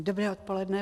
Dobré odpoledne.